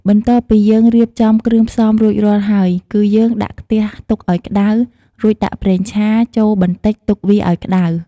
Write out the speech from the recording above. បន្ទាប់ពី យើងរៀបចំគ្រឿងផ្សំរួចរាល់ហើយ គឺយើងដាក់ខ្ទះទុកឲ្យក្តៅ រួចដាក់ប្រេងឆាចូលបន្តិចទុកវាឲ្យក្តៅ។